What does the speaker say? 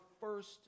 First